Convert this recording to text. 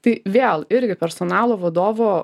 tai vėl irgi personalų vadovo